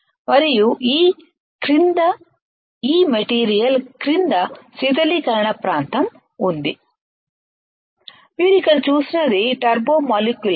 మరియు ఈ క్రింద ఈ మెటీరియల్ క్రింద శీతలీకరణ ప్రాంతం ఉంది మీరు ఇక్కడ చూస్తున్నది టర్బో మాలిక్యులర్